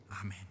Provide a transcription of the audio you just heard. Amen